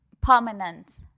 permanent